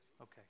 okay